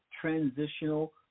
transitional